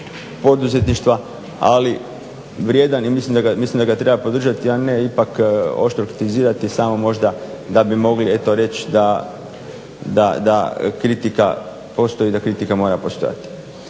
poduzetništva, ali vrijedan i mislim da ga treba podržati, a ne ipak oštro kritizirati samo možda da bi mogli eto reći da kritika postoji, da kritika mora postojati.